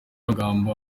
amagambo